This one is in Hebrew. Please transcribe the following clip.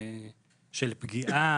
למה פגיעה